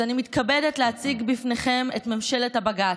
אז אני מתכבדת להציג בפניכם את ממשלת הבג"ץ: